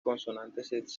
consonantes